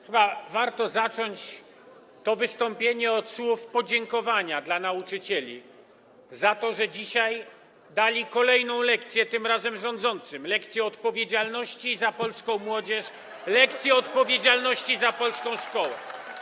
Chyba warto zacząć to wystąpienie od słów podziękowania dla nauczycieli za to, że dzisiaj dali kolejną lekcję, tym razem rządzącym, lekcję odpowiedzialności za polską młodzież, lekcję odpowiedzialności za polską szkołę.